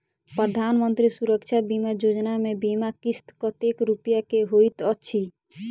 प्रधानमंत्री सुरक्षा बीमा योजना मे बीमा किस्त कतेक रूपया केँ होइत अछि?